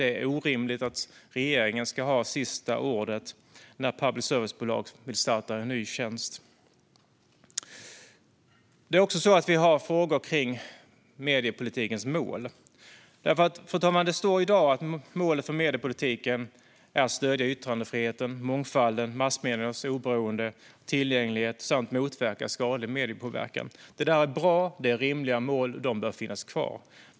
Det är orimligt att regeringen ska ha sista ordet när public service-bolag vill starta en ny tjänst. Vi har också frågor kring mediepolitikens mål därför att det, fru talman, i dag står att målet för mediepolitiken är att stödja yttrandefriheten, mångfalden, massmediernas oberoende och tillgänglighet samt motverka skadlig mediepåverkan. Det är bra och rimliga mål, och de bör finnas kvar.